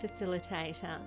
facilitator